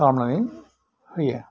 खालामनानै होयो